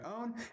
own